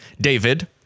David